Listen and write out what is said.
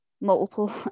multiple